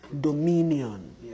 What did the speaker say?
dominion